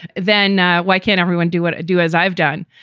then why can't everyone do what i do as i've done?